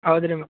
ಹೌದು ರೀ ಮೇಡಮ್